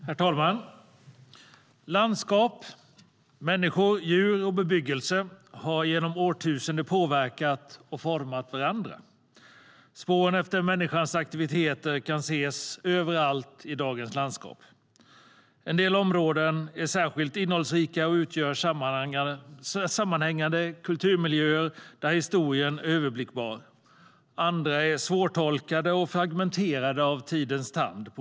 Herr talman! Landskap, människor, djur och bebyggelse har genom årtusenden påverkat och format varandra. Spåren efter människans aktiviteter kan ses överallt i dagens landskap. En del områden är särskilt innehållsrika och utgör sammanhängande kulturmiljöer där historien är överblickbar. Andra är svårtolkade och på olika sätt fragmenterade av tidens tand.